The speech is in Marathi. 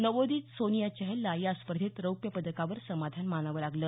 नवोदित सोनिया चहलला या स्पर्धेत रौप्य पदकावर समाधान मानावं लागलं